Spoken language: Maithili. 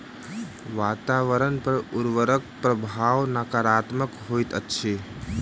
वातावरण पर उर्वरकक प्रभाव नाकारात्मक होइत अछि